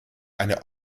eine